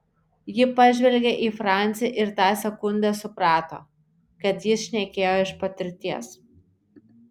ji pažvelgė į francį ir tą sekundę suprato kad jis šnekėjo iš patirties